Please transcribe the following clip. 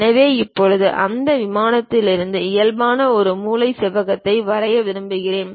எனவே இப்போது அந்த விமானத்திற்கு இயல்பான ஒரு மூலையில் செவ்வகத்தை வரைய விரும்புகிறேன்